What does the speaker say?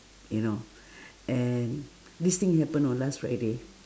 you know and this thing happen on last friday